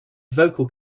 vocal